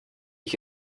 ich